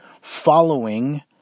following